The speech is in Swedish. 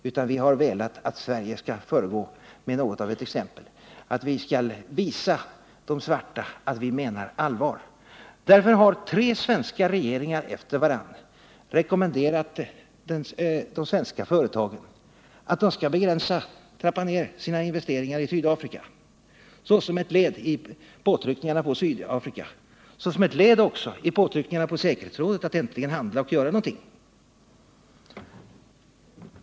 Vi har i stället velat att Sverige skall föregå med något av ett exempel, att vi skall visa de svarta att vi menar allvar. Därför har tre svenska regeringar efter varandra rekommenderat de svenska företagen att trappa ner sina investeringar i Sydafrika såsom ett led i påtryckningarna både på Sydafrika och på säkerhetsrådet att äntligen göra någonting.